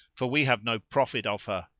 for we have no profit of her.